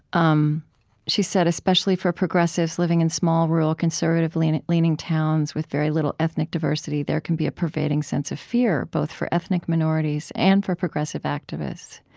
um she said, especially for progressives living in small, rural, conservative-leaning towns with very little ethnic diversity, there can be a pervading sense of fear, both for ethnic minorities and for progressive activists.